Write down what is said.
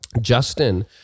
Justin